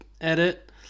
edit